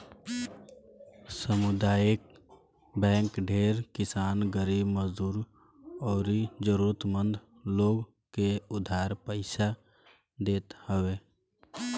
सामुदायिक बैंक ढेर किसान, गरीब मजदूर अउरी जरुरत मंद लोग के उधार पईसा देत हवे